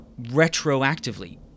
retroactively